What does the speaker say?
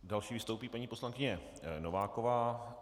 Další vystoupí paní poslankyně Nováková.